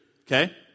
okay